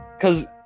Cause